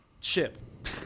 Chip